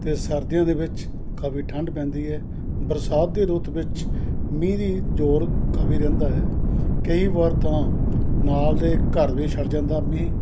ਅਤੇ ਸਰਦੀਆਂ ਦੇ ਵਿੱਚ ਕਾਫੀ ਠੰਡ ਪੈਂਦੀ ਹੈ ਬਰਸਾਤ ਦੀ ਰੁੱਤ ਵਿੱਚ ਮੀਂਹ ਦੀ ਜ਼ੋਰ ਕਾਫੀ ਰਹਿੰਦਾ ਹੈ ਕਈ ਵਾਰ ਤਾਂ ਨਾਲ ਦੇ ਘਰ ਵੀ ਛੱਡ ਜਾਂਦਾ ਮੀਂਹ